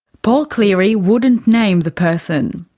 paul cleary wouldn't name the person.